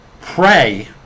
Pray